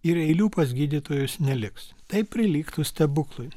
ir eilių pas gydytojus neliks tai prilygtų stebuklui